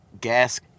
gas